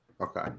Okay